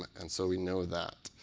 and so we know that.